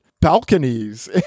balconies